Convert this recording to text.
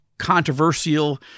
controversial